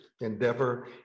endeavor